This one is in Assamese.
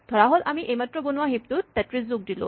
ধৰাহ'ল আমি এইমাত্ৰ বনোৱা হিপটোত ৩৩ যোগ দিলো